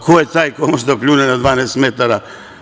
Ko je taj ko može da pljune na 12 metara?